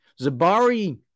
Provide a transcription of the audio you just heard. Zabari